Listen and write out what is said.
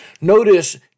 Notice